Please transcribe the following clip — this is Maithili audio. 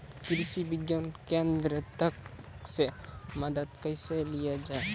कृषि विज्ञान केन्द्रऽक से मदद कैसे लिया जाय?